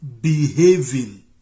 behaving